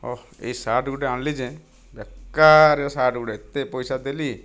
ଓଃ ଏ ସାର୍ଟ ଗୋଟିଏ ଆଣିଲି ଯେ ବେକାରିଆ ସାର୍ଟ ଗୋଟିଏ ଏତେ ପଇସା ଦେଲି